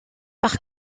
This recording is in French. par